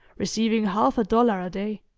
receiving half a dollar a day.